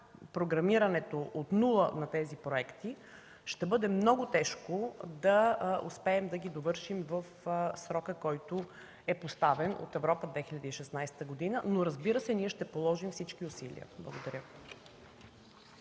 програмирането от нула на тези проекти, ще бъде много тежко да успеем да ги довършим в срока, който е поставен от Европа – 2016 г., но, разбира се, ние ще положим всички усилия. Благодаря.